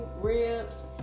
ribs